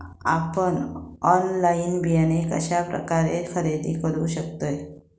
आपन ऑनलाइन बियाणे कश्या प्रकारे खरेदी करू शकतय?